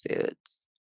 foods